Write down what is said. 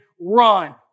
Run